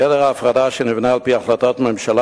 גדר ההפרדה שנבנתה על-פי החלטות ממשלה